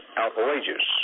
outrageous